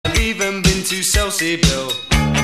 ♪ I've even been to Selsey Bill ♪